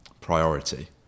Priority